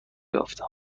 یافتم